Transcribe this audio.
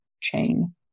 chain